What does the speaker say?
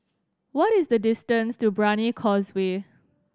what is the distance to Brani Causeway